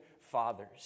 fathers